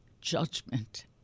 judgment